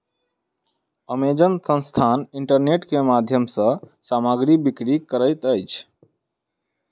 Amazon संस्थान internet के माध्यम सॅ सामग्री बिक्री करैत अछि